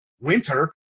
winter